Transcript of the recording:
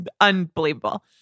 unbelievable